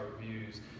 reviews